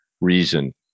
reason